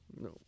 No